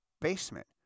basement